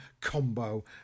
combo